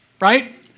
right